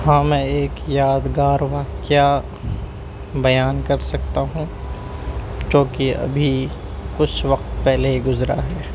ہاں میں ایک یادگار واقعہ بیان کر سکتا ہوں جوکہ ابھی کچھ وقت پہلے ہی گزرا ہے